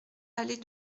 allée